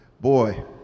boy